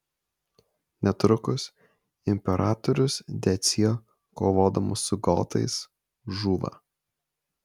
netrukus imperatorius decio kovodamas su gotais žūva